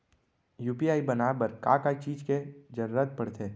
UPI बनाए बर का का चीज के जरवत पड़थे?